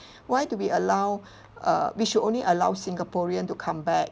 why do we allow uh we should only allow singaporean to come back